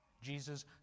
Jesus